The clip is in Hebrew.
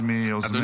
אחד מיוזמי החוק.